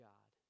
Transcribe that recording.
God